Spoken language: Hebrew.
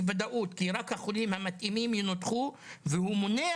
וודאות כי רק החולים המתאימים ינותחו והוא מונע